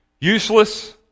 useless